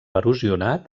erosionat